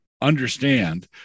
understand